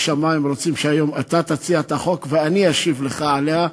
משמים רוצים שהיום אתה תציע את הצעת החוק ואני אשיב לך עליה.